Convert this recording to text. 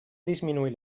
disminuir